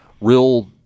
real